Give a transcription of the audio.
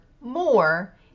more